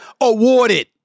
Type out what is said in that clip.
awarded